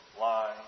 line